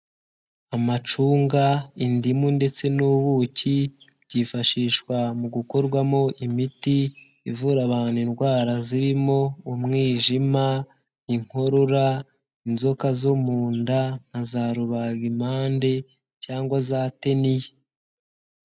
Amacunga, indimu ndetse n'ubuki byifashishwa mu gukorwamo imiti ivura abantu indwara zirimo: umwijima, inkorora, inzoka zo mu nda, na za rubagimpande cyangwa za teniya.